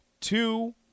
two